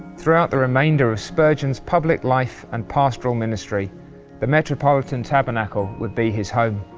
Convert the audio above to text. throughout the remainder of spurgeon public life and pastoral ministry the metropolitan tabernacle would be his home.